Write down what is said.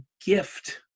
gift